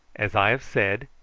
as i have said,